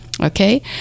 Okay